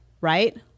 right